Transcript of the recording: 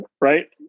right